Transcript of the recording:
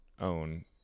own